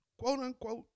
quote-unquote